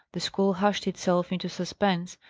the school hushed itself into suspense,